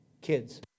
kids